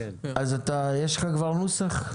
יש לך כבר נוסח?